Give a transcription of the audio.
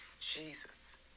Jesus